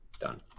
Done